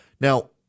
Now